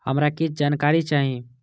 हमरा कीछ जानकारी चाही